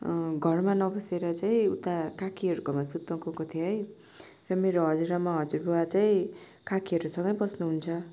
घरमा नबसेर चाहिँ उता काकीहरूकोमा सुत्न गएको थिएँ है र मेरो हजुरआमा हजुरबुवा चाहिँ काकीहरूसँगै बस्नुहुन्छ